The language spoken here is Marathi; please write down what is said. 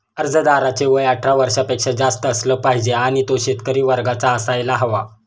अर्जदाराचे वय अठरा वर्षापेक्षा जास्त असलं पाहिजे आणि तो शेतकरी वर्गाचा असायला हवा